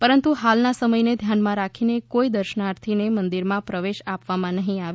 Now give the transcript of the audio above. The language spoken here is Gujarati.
પરંતુ હાલના સમયને ધ્યાને રાખી કોઇ દર્શનાર્થી ને મંદીર માં પ્રવેશ આપવામાં ન હીં આવે